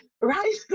Right